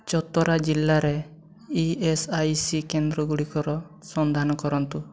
ଚତରା ଜିଲ୍ଲାରେ E S I C କେନ୍ଦ୍ରଗୁଡ଼ିକର ସନ୍ଧାନ କରନ୍ତୁ